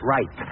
Right